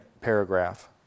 paragraph